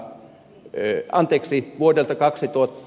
kee anteeksi vuodelta kaksituhatta